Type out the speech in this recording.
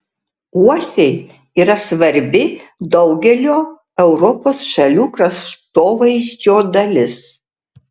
uosiai yra svarbi daugelio europos šalių kraštovaizdžio dalis